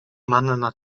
manna